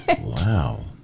wow